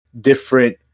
Different